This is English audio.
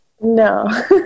No